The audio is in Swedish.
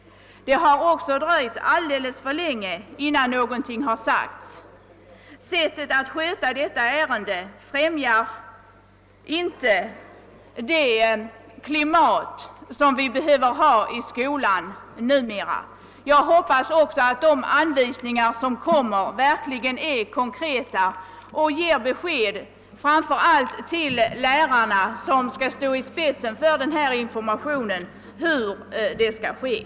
Det har också dröjt alldeles för länge innan någonting har sagts. Sättet att sköta detta ärende främjar inte det goda klimät som vi behöver ha i skolan. Jag hoppas att de anvisningar som kommer verkligen är konkreta och ger besked framför allt till lärarna, som skall svara för denna information, om hur den skall lämnas.